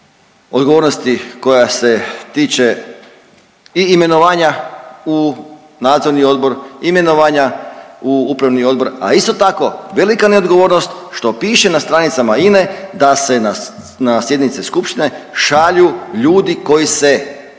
odgovornosti koja se tiče i imenovanja u nadzorni odbor imenovanja u upravni odbor, a isto tako velika neodgovornost što piše na stranicama INA-e da se na sjednice skupštine šalju ljudi koji se tog momenta